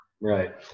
Right